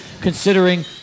considering